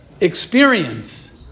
experience